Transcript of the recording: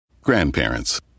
Grandparents